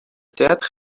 théâtre